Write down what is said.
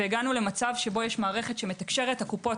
והגענו למצב שיש מערכת שמתקשרת הקופות